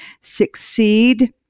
succeed